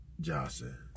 Johnson